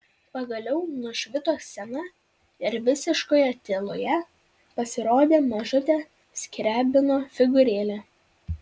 pagaliau nušvito scena ir visiškoje tyloje pasirodė mažutė skriabino figūrėlė